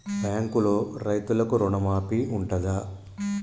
బ్యాంకులో రైతులకు రుణమాఫీ ఉంటదా?